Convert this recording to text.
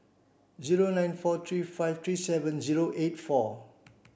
zero nine four three five three seven zero eight four